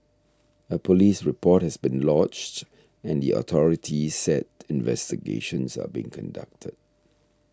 a police report has been lodged and the authorities said investigations are being conducted